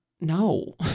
No